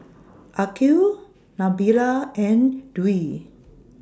Aqil Nabila and Dwi